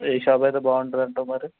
ఏ shop అయితే బాగుంటాదంటావు మరి